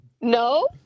No